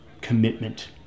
commitment